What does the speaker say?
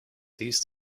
east